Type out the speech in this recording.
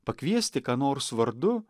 pakviesti ką nors vardu